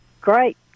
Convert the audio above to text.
Great